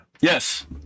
Yes